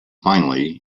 finally